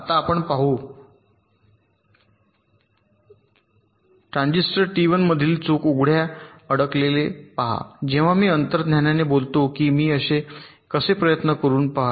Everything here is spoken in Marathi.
आता आपण पाहू चा विचार कर ट्रान्झिस्टर टी 1 मधील चूक उघड्या अडकले आहे अडकलेले पहा जेव्हा मी अंतर्ज्ञानाने बोलतो की मी कसे आहे प्रयत्न करून पहा